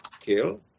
kill